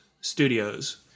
studios